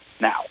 Now